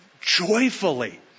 joyfully